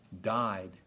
died